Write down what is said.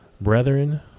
Brethren